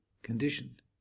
Conditioned